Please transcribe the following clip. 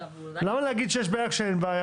למה להגיד שיש בעיה כאשר אין בעיה?